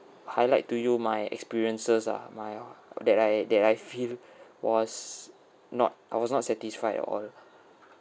highlight to you my experiences ah my that I that I feel was not I was not satisfied at all lah